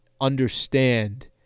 understand